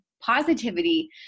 positivity